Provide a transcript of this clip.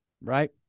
right